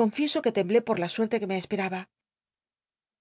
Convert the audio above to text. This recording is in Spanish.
confieso que icmblé por la suerte que me esperaba